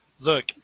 Look